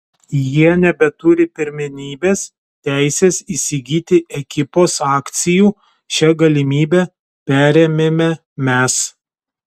jie nebeturi pirmenybės teisės įsigyti ekipos akcijų šią galimybę perėmėme mes